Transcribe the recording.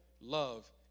love